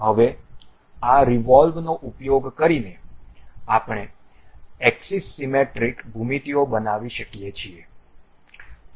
હવે આ રીવોલ્વનો ઉપયોગ કરીને આપણે એક્સિસ સીમેટ્રિક ભૂમિતિઓ બનાવી શકીએ છીએ